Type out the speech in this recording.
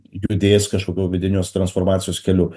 judės kažkokiu vidinės transformacijos keliu